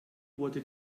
wurde